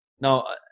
Now